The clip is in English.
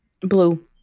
Blue